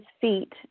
feet